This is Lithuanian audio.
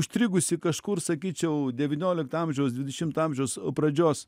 užstrigusi kažkur sakyčiau devyniolikto amžiaus dvidešimto amžiaus pradžios